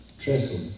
trestle